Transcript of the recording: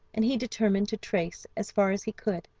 and he determined to trace, as far as he could,